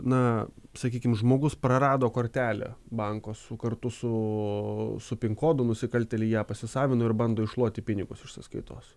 na sakykim žmogus prarado kortelę banko su kartu su su pin kodu nusikaltėliai ją pasisavino ir bando iššluoti pinigus iš sąskaitos